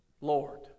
Lord